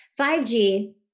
5G